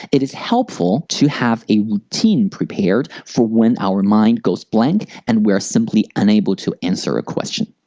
it is helpful to have a routine prepared for when our mind goes blank and we are simply unable to answer a question.